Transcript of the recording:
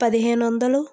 పదిహేను వందలు